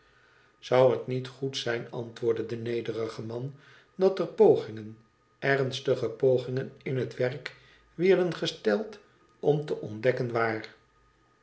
izou het niet goed zijn antwoordde de nederige man dat er pogingen ernstige pogingen in het werk wierden gesteld om te ontdekken waar